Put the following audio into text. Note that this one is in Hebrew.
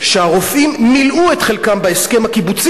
שהרופאים מילאו את חלקם בהסכם הקיבוצי